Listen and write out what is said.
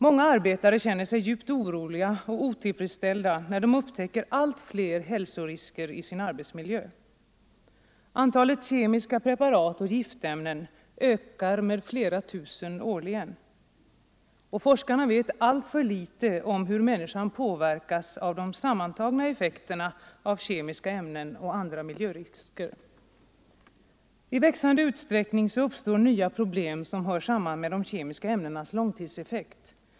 Många arbetare känner sig djupt oroliga när de upptäcker allt fler hälsorisker i sin arbetsmiljö. Antalet kemiska preparat och giftämnen ökar med flera tusen årligen. Forskarna vet alltför litet om hur människan påverkas av de sammantagna effekterna av kemiska ämnen och andra miljörisker. I växande utsträckning uppstår nya problem som hör samman med de kemiska ämnenas långtidseffekt.